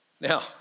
Now